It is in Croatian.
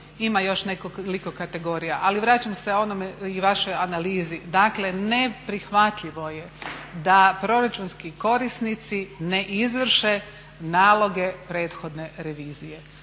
Ima još nekoliko kategorija. Ali vraćam se onome i vašoj analizi, dakle neprihvatljivo je da proračunski korisnici ne izvrše naloge prethodne revizije.